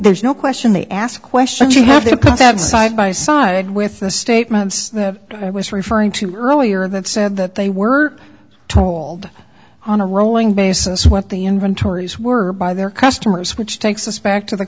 there's no question they ask questions you have to have side by side with the statements that i was referring to earlier that said that they were told on a rolling basis what the inventories were by their customers which takes us back to the